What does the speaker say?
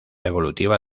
evolutiva